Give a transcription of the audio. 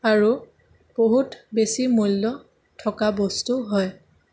আৰু বহুত বেছি মূল্য থকা বস্তু হয়